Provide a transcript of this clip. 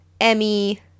Emmy